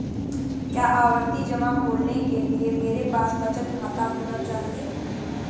क्या आवर्ती जमा खोलने के लिए मेरे पास बचत खाता होना चाहिए?